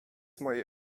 mojej